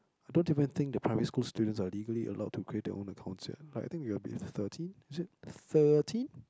I don't even think the primary school students are legally allowed to create their own accounts yet I think we're bit at thirty is it thirty